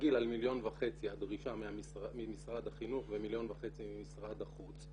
כרגיל על מיליון וחצי הדרישה ממשרד החינוך ומיליון וחצי ממשרד החוץ,